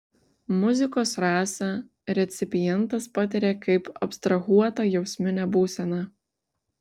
muzikos rasą recipientas patiria kaip abstrahuotą jausminę būseną